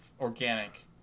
organic